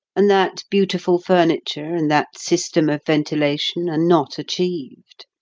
and that beautiful furniture and that system of ventilation are not achieved.